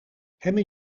hebben